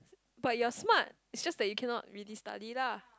but you're smart is just that you cannot really study lah